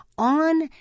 on